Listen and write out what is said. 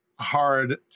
hard